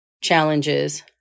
challenges